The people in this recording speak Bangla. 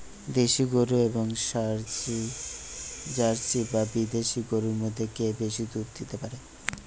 দেশী গরু এবং জার্সি বা বিদেশি গরু মধ্যে কে বেশি দুধ দিতে পারে?